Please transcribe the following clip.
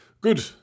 good